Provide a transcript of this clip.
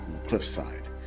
cliffside